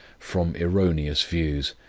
from erroneous views,